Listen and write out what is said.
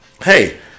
hey